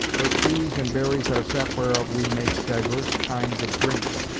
where trees and berries are set whereof we make divers kinds of drinks,